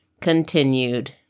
continued